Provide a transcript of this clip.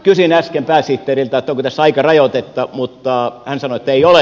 kysyin äsken pääsihteeriltä onko tässä aikarajoitetta mutta hän sanoi ettei ole